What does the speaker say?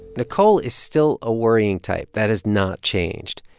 nicole is still a worrying type. that has not changed.